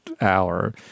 hour